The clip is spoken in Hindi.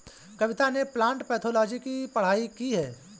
कविता ने प्लांट पैथोलॉजी की पढ़ाई की है